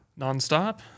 nonstop